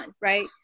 right